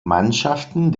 mannschaften